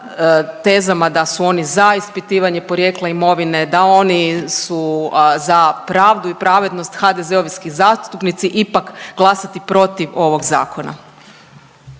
da su oni za ispitivanje porijekla imovine, da oni su za pravdu i pravednost HDZ-ovski zastupnici ipak glasati protiv ovog zakona.